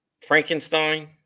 Frankenstein